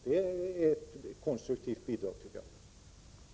Det är ett konstruktivt bidrag, tycker jag.